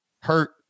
hurt